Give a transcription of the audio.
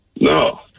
No